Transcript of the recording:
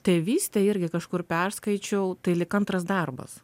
tėvystė irgi kažkur perskaičiau tai lyg antras darbas